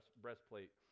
breastplate